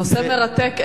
נושא מרתק,